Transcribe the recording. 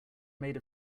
made